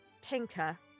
Tinker